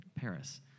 Paris